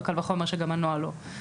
וקל וחומר שגם הנוהל לא.